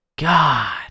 God